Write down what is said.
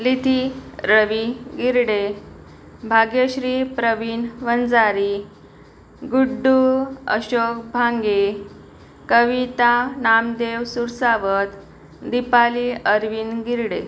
लिथी Ravi Girde Bhagyashree Pravin Vanjari Guddu Ashok Bhange Kavita Namdev Sursawat Deepali Arvind Girde